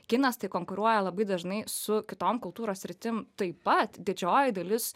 kinas tai konkuruoja labai dažnai su kitom kultūros sritim taip pat didžioji dalis